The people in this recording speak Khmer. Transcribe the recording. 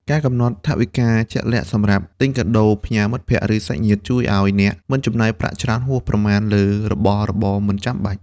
ការកំណត់ថវិកាជាក់លាក់សម្រាប់ទិញកាដូផ្ញើមិត្តភក្តិ ឬ សាច់ញាតិ ជួយឱ្យអ្នកមិនចំណាយប្រាក់ច្រើនហួសប្រមាណលើរបស់របរមិនចាំបាច់។